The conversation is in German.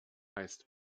heißt